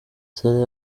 sarah